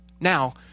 Now